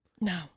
no